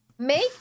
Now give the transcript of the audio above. Make